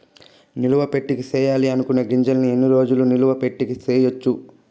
నిలువ పెట్టేకి సేయాలి అనుకునే గింజల్ని ఎన్ని రోజులు నిలువ పెట్టేకి చేయొచ్చు